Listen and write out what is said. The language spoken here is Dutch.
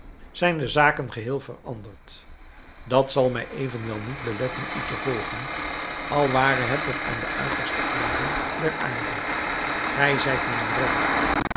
zijn de zaken geheel veranderd dat zal mij evenwel niet beletten u te volgen al ware het tot aan de uiterste einden der aarde gij zijt mijn redder